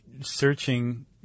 searching